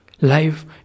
Life